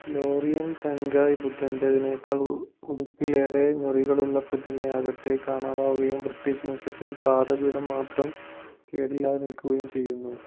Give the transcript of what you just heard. Laurin Tangai ബുദ്ധൻ്റെതിനേക്കാൾ ഉടുപ്പിലേറെ ഞൊറികളുള്ള പ്രതിമയാകട്ടെ കാണാതാവുകയും ബ്രിട്ടീഷ് മ്യൂസിയത്തിൽ പാദപീഠം മാത്രം കേടില്ലാതെ നിൽക്കുകയും ചെയ്യുന്നു